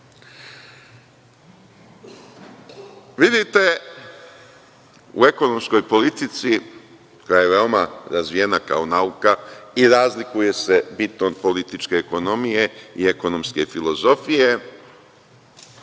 sistema. Vidite, u ekonomskoj politici koja je veoma razvijena kao nauka i razlikuje se bitno od političke ekonomije i ekonomske filozofije,